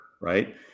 right